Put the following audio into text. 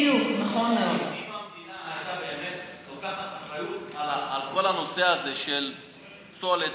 אם המדינה באמת הייתה לוקחת אחריות על כל הנושא הזה של פסולת,